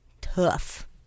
tough